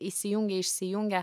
įsijungia išsijungia